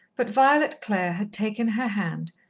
but violet clare had taken her hand,